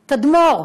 תדמור,